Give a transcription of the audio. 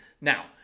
Now